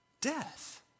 Death